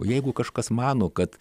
o jeigu kažkas mano kad